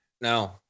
No